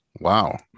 Wow